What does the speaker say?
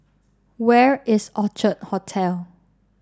where is Orchard Hotel